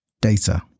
data